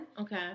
Okay